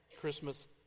Christmas